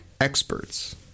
experts